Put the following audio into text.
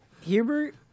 Hubert